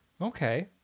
Okay